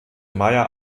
meyer